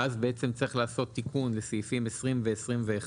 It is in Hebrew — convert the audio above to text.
שאז בעצם צריך לעשות תיקון לסעיפים 20 ו-21,